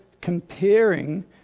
comparing